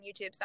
YouTube